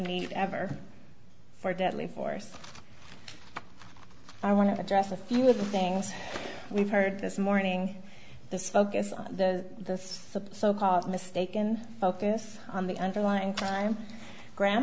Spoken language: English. need ever for deadly force i want to address a few of the things we've heard this morning this focus on the so called mistaken focus on the underlying crime gra